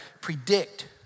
predict